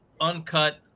uncut